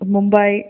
Mumbai